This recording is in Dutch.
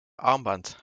armband